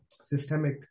systemic